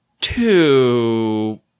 Two